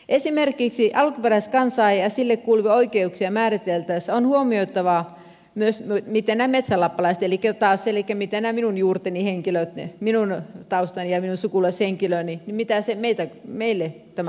esimerkiksi alkuperäiskansaa ja sille kuuluvia oikeuksia määriteltäessä on huomioitava myös mitä tämä tarkoittaa metsälappalaisille elikkä taas näille minun juurteni henkilöille minun taustalleni ja minulle taustajevin sukulaishenkilööni mitä se meitä minun sukulaishenkilöilleni